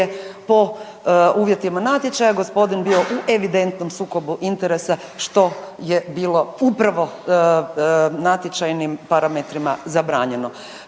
po uvjetima natječaja gospodin bio u evidentnom sukobu interesa što je bilo upravo natječajnim parametrima zabranjeno.